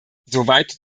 soweit